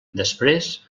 després